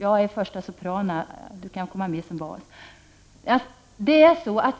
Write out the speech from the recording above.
Jag är för resten första sopran; Björn Samuelson kan komma med som bas. Vi